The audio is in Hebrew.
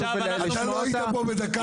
אבל עכשיו אנחנו --- אתה לא היית פה ו --- יעקב,